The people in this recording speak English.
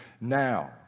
now